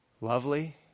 lovely